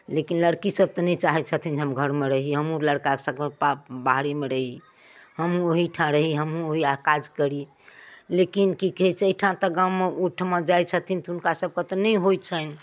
लेकिन लड़की सभ तऽ नहि चाहै छथिन जे हम घरमे रही हमहुँ लड़का सभके बाहरे मे रही हमहुँ ओहिठाम रही हमहुँ ओहि आ काज करी लेकिन कि कहै छै एहिठाम तऽ गाँवमे ओहिठुमा जाइ छथिन तऽ हुनका सभके तऽ नहि होइ छनि